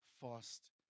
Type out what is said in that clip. fast